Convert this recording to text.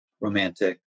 romantic